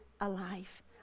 alive